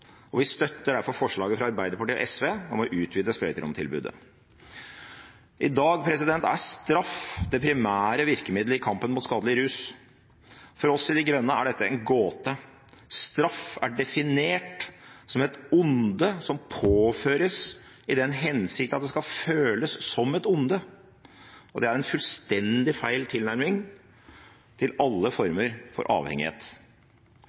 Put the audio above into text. og vi støtter derfor forslaget fra Arbeiderpartiet og SV om å utvide sprøyteromtilbudet. I dag er straff det primære virkemidlet i kampen mot skadelig rus. For oss i De Grønne er dette en gåte. Straff er definert som et onde som påføres i den hensikt at det skal føles som et onde, og det er en fullstendig feil tilnærming til alle former for avhengighet.